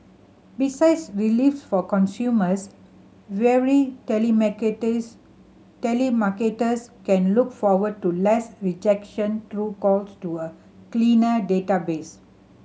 besides reliefs for consumers weary telemarketers can look forward to less rejection through calls to a cleaner database